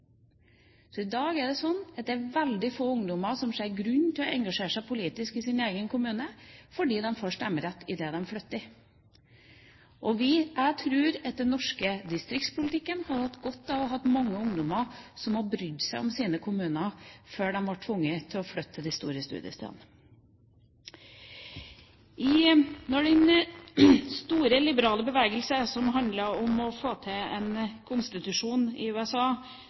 at det er veldig få ungdommer som ser grunn til å engasjere seg politisk i sin egen kommune, fordi de får stemmerett idet de flytter. Jeg tror at den norske distriktspolitikken hadde hatt godt av å ha mange ungdommer som hadde brydd seg om sine kommuner før de var tvunget til å flytte til de store studiestedene. Da den store liberale bevegelsen som handlet om å få til en konstitusjon i USA,